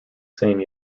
same